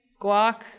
Guac